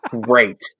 Great